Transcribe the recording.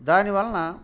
దానివలన